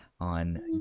on